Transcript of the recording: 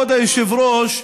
באיזה עוד מדינה,